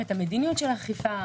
שצריך לקחת את הנושא של אכיפת הוראות